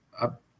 up